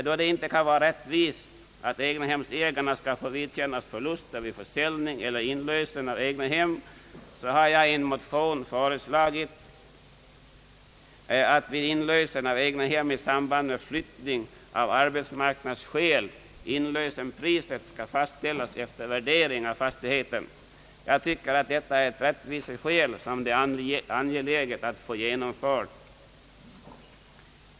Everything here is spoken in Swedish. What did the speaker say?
Då det inte kan vara rättvist att egnahemsägare skall få vidkännas förluster vid försäljning eller inlösen av egnahem har jag i en motion föreslagit att vid inlösen av egnahem i samband med flyttning av arbetsmarknadsskäl inlösenpriset skall fastställas efter värdering av fastigheten. Jag tycker att detta är ett rättvisekrav som det är angeläget att få genomfört.